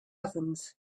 ovens